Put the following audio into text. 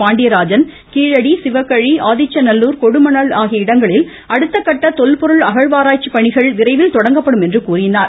Pandiarajan Keeladi Sivakalai Adichanallur Kodumanal ஆகிய இடங்களில் அடுத்தகட்ட தொல்பொருள் அகழ்வாராய்ச்சி பணிகள் விரைவில் தொடங்கப்படும் என்றார்